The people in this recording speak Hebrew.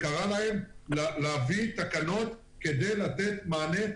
היא קראה להם להביא תקנות כדי לתת מענה.